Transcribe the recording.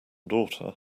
daughter